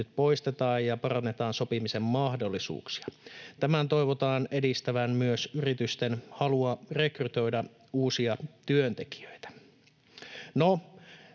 nyt poistetaan ja parannetaan sopimisen mahdollisuuksia. Tämän toivotaan edistävän myös yritysten halua rekrytoida uusia työntekijöitä.